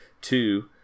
Two